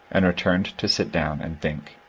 and returned to sit down and think.